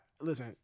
Listen